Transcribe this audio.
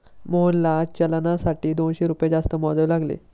मोहनला चलनासाठी दोनशे रुपये जास्त मोजावे लागले